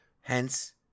Hence